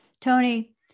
Tony